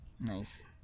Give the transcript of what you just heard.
Nice